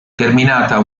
terminata